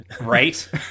right